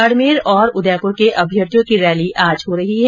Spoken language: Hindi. बाड़मेर और उदयपुर के अभ्यर्थियों की रैली आज हो रही है